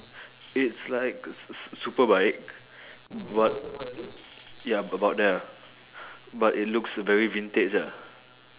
it's like s~ super bike but ya about there ah but it looks very vintage ah